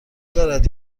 دارد